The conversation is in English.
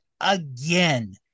again